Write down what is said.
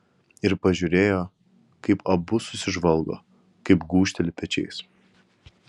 ir pažiūrėjo kaip abu susižvalgo kaip gūžteli pečiais